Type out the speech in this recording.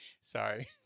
Sorry